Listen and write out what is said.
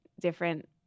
different